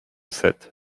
sept